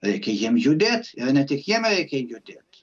reikia jiem judėt ir ne tik jiem reikia judėti